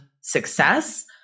success